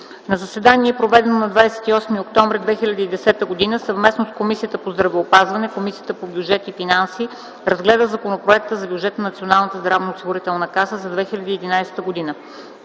На заседание, проведено на 28 октомври 2010 г. съвместно с Комисията по здравеопазването, Комисията по бюджет и финанси разгледа Законопроекта за бюджета на Националната здравноосигурителна каса за 2011 г.